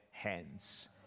Hands